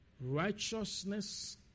righteousness